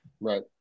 Right